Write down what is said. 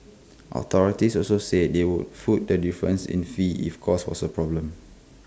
authorities also said they would foot the difference in fees if cost was A problem